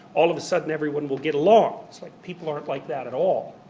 all of a sudden everyone will get along. it's like, people aren't like that at all.